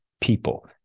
people